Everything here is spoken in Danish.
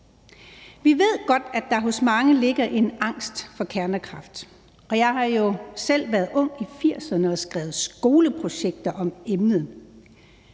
Vi ved godt, at der hos mange ligger en angst for kernekraft, og jeg har jo selv været ung i 80'erne og skrevet skoleprojekter om emnet.